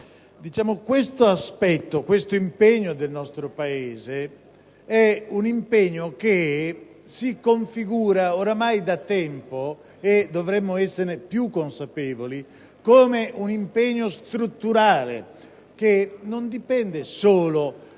questo impegno del nostro Paese si configura ormai da tempo - e dovremmo esserne più consapevoli - come un impegno strutturale, che non dipende solo dalle